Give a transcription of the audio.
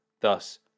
thus